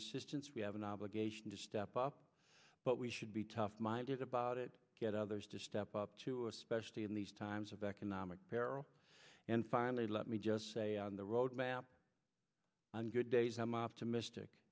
assistance we have an obligation to step up but we should be tough minded about it get others to step up too especially in these times of economic peril and finally let me just say on the road map on good days i'm optimistic